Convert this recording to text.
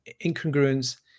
Incongruence